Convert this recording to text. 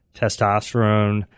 testosterone